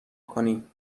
کنی